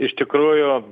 iš tikrųjų